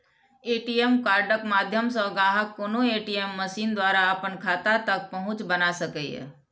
ATM कार्डक माध्यम सं ग्राहक कोनो ए.टी.एम मशीन द्वारा अपन खाता तक पहुंच बना सकैए